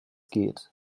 geht